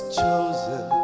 chosen